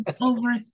over